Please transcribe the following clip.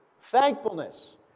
Thankfulness